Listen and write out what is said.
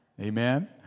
Amen